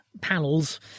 panels